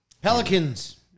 Pelicans